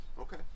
Okay